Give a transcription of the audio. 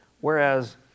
Whereas